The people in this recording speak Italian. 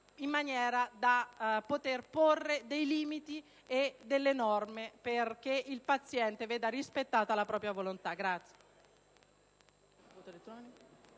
in maniera da poter porre limiti e norme, perché il paziente veda rispettata la propria volontà.